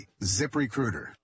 ZipRecruiter